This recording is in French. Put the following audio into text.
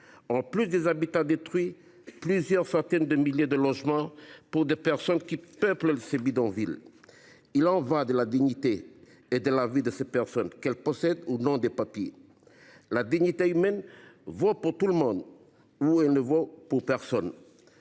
de construire plusieurs centaines de milliers de logements pour les Mahorais qui peuplent ces bidonvilles. Il y va de la dignité et de la vie de ces personnes, qu’elles possèdent ou non des papiers. Ou la dignité humaine vaut pour tout le monde, ou elle ne vaut pour personne.